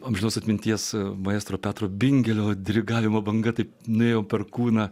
amžinos atminties maestro petro bingelio dirigavimo banga taip nuėjau per kūną